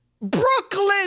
Brooklyn